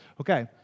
Okay